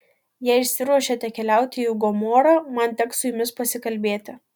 jei išsiruošėte keliauti į gomorą man teks su jumis pasikalbėti